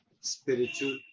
spiritual